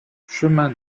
chemin